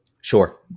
Sure